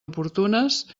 oportunes